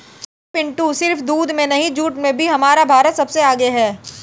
अरे पिंटू सिर्फ दूध में नहीं जूट में भी हमारा भारत सबसे आगे हैं